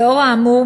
לנוכח האמור,